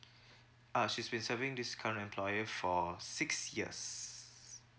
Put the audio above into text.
uh she's been serving this current employer for six yes